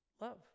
Love